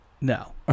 No